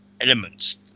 elements